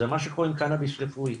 זה מה שקורה עם קנאביס רפואי,